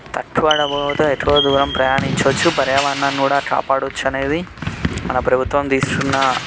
తక్కువ డబ్బులతో ఎక్కువ దూరం ప్రయాణించవచ్చు పర్యావరణాన్ని కూడా కాపాడవచ్చు అనేది మన ప్రభుత్వం తీస్తున్నా